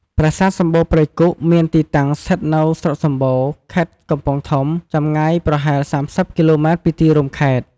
ប្រាសាទសំបូរព្រៃគុក មានទីតាំង ស្ថិតនៅស្រុកសំបូរ ខេត្តកំពង់ធំ ចម្ងាយប្រហែល ៣០ គីឡូម៉ែត្រពីទីរួមខេត្ត។